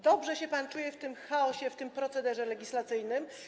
Dobrze się pan czuje w tym chaosie, w tym procederze legislacyjnym?